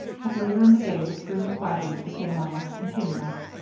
but later in the day the stream of wagons became almost continuous.